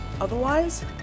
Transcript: Otherwise